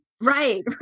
Right